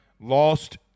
Lost